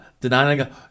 Denying